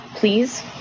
please